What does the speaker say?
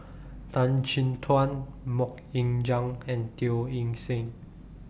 Tan Chin Tuan Mok Ying Jang and Teo Eng Seng